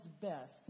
best